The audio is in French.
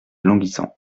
languissant